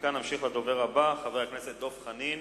ומכאן נמשיך לדובר הבא, חבר הכנסת דב חנין